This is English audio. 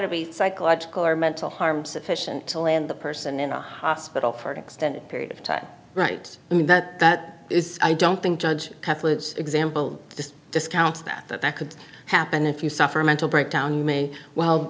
of psychological or mental harm sufficient to land a person in a hospital for an extended period of time right i mean that that is i don't think judge example just discounts that that that could happen if you suffer a mental breakdown may well